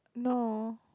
no